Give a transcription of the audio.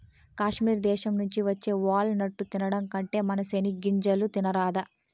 కాశ్మీర్ దేశం నుంచి వచ్చే వాల్ నట్టు తినడం కంటే మన సెనిగ్గింజలు తినరాదా